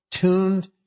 tuned